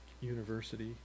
university